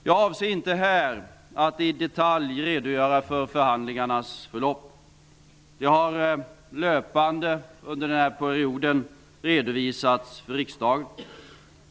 Jag avser inte här att i detalj redogöra för förhandlingarnas förlopp -- det har löpande redovisats för riksdagen under den här perioden.